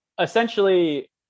essentially